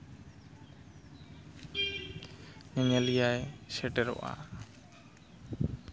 ᱧᱮᱧᱮᱞᱤᱭᱟᱹᱭ ᱥᱮᱴᱮᱨᱚᱜᱼᱟ